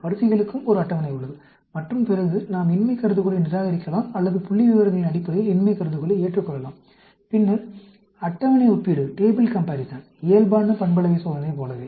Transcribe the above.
வரிசைகளுக்கும் ஒரு அட்டவணை உள்ளது மற்றும் பிறகு நாம் இன்மை கருதுகோளை நிராகரிக்கலாம் அல்லது புள்ளிவிவரங்களின் அடிப்படையில் இன்மை கருதுகோளை ஏற்றுக்கொள்ளலாம் பின்னர் அட்டவணை ஒப்பீடு இயல்பான பண்பளவை சோதனை போலவே